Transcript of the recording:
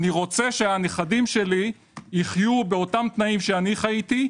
אני רוצה שהנכדים שלי יחיו באותם תנאים שאני חייתי.